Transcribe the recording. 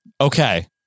Okay